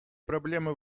проблемы